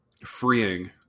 Freeing